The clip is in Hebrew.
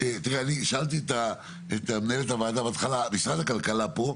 שאלתי את מנהלת הוועדה בהתחלה: משרד הכלכלה פה?